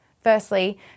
Firstly